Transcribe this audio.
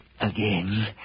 again